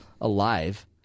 alive